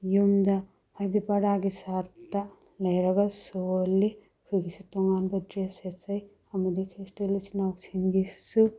ꯌꯨꯝꯗ ꯍꯥꯏꯕꯗꯤ ꯄꯔꯗꯥꯒꯤ ꯁꯥꯏꯠꯇ ꯂꯩꯔꯒ ꯁꯣꯜꯂꯤ ꯑꯈꯣꯏꯒꯤꯁꯨ ꯇꯨꯉꯥꯟꯕ ꯗ꯭ꯔꯦꯁ ꯁꯦꯠꯆꯩ ꯑꯃꯗꯤ ꯈ꯭ꯔꯤꯁꯇꯦꯟ ꯏꯆꯤꯟ ꯏꯅꯥꯎꯁꯤꯡꯒꯤꯁꯨ